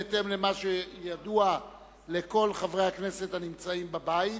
בהתאם למה שידוע לכל חברי הכנסת הנמצאים בבית,